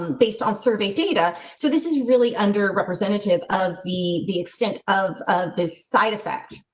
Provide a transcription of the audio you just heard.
um based on survey data. so, this is really under representative of the the extent of of the side effect.